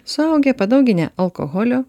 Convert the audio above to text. suaugę padauginę alkoholio